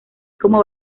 como